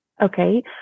Okay